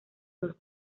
dos